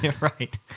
Right